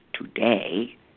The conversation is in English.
today